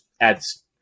adds